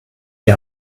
die